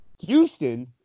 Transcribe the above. Houston